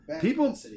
People